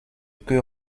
que